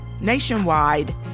nationwide